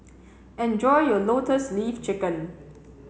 enjoy your lotus leaf chicken